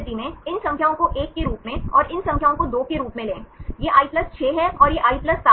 इस स्थिति में इन संख्याओं को 1 के रूप में और इन संख्याओं को 2 के रूप में लें यह i 6 है और यह i 7 है